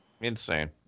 Insane